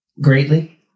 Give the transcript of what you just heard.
greatly